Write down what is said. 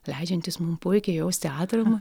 leidžiantys mum puikiai jausti atramą